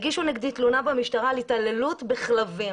הם הגישו נגדי תלונה במשטרה על התעללות בכלבים.